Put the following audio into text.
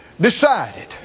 decided